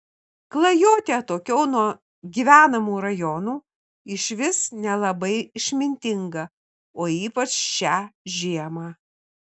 klajoti atokiau nuo gyvenamų rajonų išvis nelabai išmintinga o ypač šią žiemą